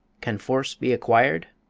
can force be acquired?